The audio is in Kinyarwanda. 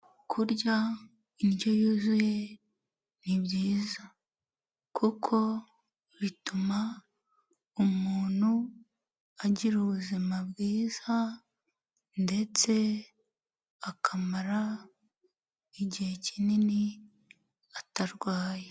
Kurya indyo yuzuye ni byiza, kuko bituma umuntu agira ubuzima bwiza ndetse akamara igihe kinini atarwaye.